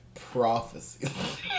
Prophecy